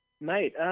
Mate